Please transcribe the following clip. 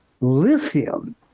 Lithium